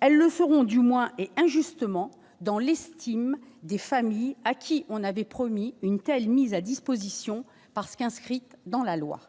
elles le feront du moins et injustement dans l'estime des familles à qui on avait promis une telle mise à disposition parce qu'inscrites dans la loi,